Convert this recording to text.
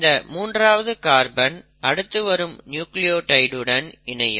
இந்த 3 ஆவது கார்பன் அடுத்து வரும் நியூக்ளியோடைடுடன் இணையும்